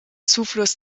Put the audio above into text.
zufluss